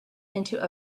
into